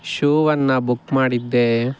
ಶೂವನ್ನು book ಮಾಡಿದ್ದೆ